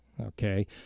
Okay